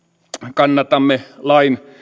kannatamme lain